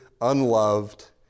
unloved